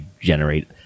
generate